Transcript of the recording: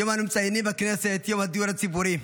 היום אנו מציינים בכנסת את יום הדיור הציבורי,